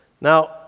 Now